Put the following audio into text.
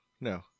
No